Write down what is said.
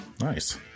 Nice